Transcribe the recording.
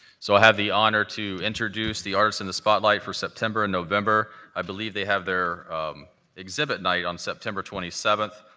so i have the honor to introduce the artist in the spotlight for september and november. i believe they have their exhibit night on september twenty seventh,